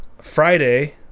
Friday